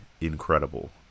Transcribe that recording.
incredible